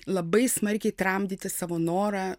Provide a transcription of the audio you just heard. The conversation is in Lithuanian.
labai smarkiai tramdyti savo norą